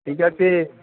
ঠিক আছে